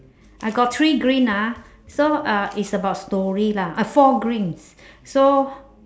I got three green ah so uh it's about stories lah four greens so